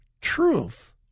truth